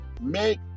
Make